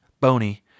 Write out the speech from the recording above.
bony